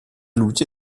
luce